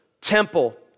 temple